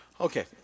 Okay